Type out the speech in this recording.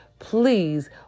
please